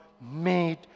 made